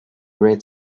red